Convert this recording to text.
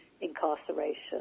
incarceration